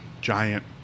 giant